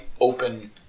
open